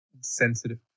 sensitive